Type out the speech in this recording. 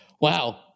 Wow